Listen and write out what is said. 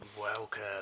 Welcome